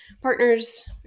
partners